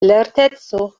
lerteco